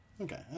Okay